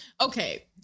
Okay